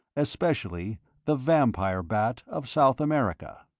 especially the vampire bat of south america.